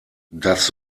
das